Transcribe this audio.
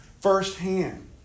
firsthand